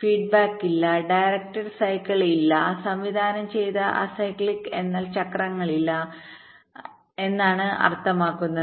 feedback ഇല്ല direct സൈക്കിൾഇല്ല സംവിധാനം ചെയ്ത അസൈക്ലിക് എന്നാൽ ചക്രങ്ങളില്ല എന്നാണ് അർത്ഥമാക്കുന്നത്